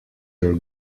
your